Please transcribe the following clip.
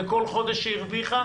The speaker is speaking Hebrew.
וכל חודש שהיא הרוויחה